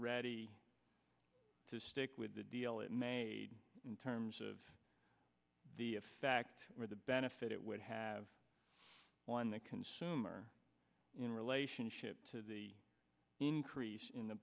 ready to stick with the deal it made in terms of the effect or the benefit it would have on the consumer in relationship to the increase in the